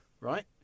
right